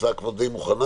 ההצעה כבר די מוכנה.